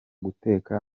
guteka